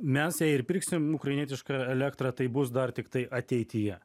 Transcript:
mes jei ir pirksim ukrainietišką elektrą tai bus dar tiktai ateityje